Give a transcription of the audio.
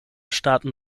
staaten